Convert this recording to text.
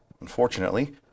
Unfortunately